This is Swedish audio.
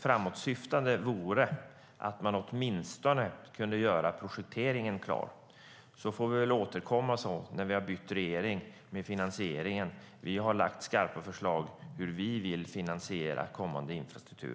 Framåtsyftande vore att man åtminstone kunde göra projekteringen klar, så får vi väl återkomma med finansieringen när vi har bytt regering. Vi har lagt fram skarpa förslag på hur vi vill finansiera kommande infrastruktur.